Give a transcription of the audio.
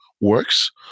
works